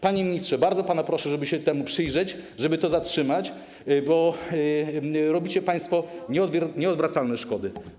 Panie ministrze, bardzo pana proszę o to, żeby się temu przyjrzeć, żeby to zatrzymać, bo wyrządzacie państwo nieodwracalne szkody.